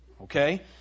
Okay